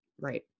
Right